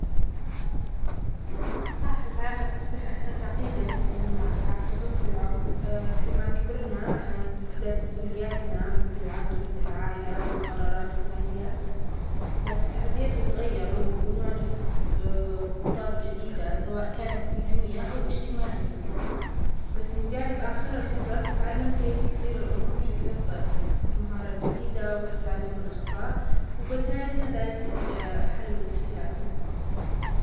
صح الحياة قد تصبح أكثر تعقيداً مع التقدم في العمر، كل ما كبرنا بتزداد مسؤولياتنا مثل العمل العائلة أو القرارات المالية، بس التحديات بتتغير وبنواجه ضغوطات جديدة سواء كانت مهنية أو إجتماعية، بس من جانب آخر الخبرة تتعلم كيف تدير الأمور بشكل أفضل، تكتسب مهارات جديدة وتتعلم من الأخطاء، وبيساعدنا ذلك في حل مشكلاتنا.